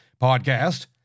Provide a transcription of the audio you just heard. podcast